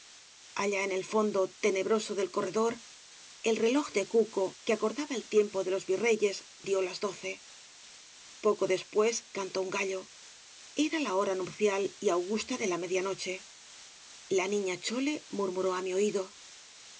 allá en el fondo w obras de valle inclan tenebroso del corredor el reloj de cuco que acordaba el tiempo de los virreyes dio las doce poco después cantó un gallo era la hora nupcial y augusta de la media noche la niña chole murmuró á mi oído